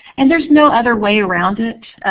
and there's no other way around it.